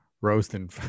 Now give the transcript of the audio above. roasting